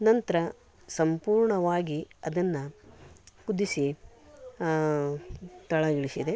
ನಂತರ ಸಂಪೂರ್ಣವಾಗಿ ಅದನ್ನು ಕುದಿಸಿ ತಳ ಇಳಿಸಿದೆ